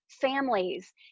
families